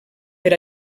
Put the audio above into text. per